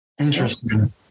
Interesting